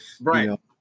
right